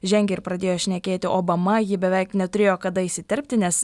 žengė ir pradėjo šnekėti obama ji beveik neturėjo kada įsiterpti nes